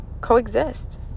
coexist